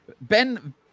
ben